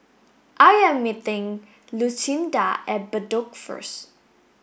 I am meeting Lucinda at Bedok first